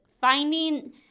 finding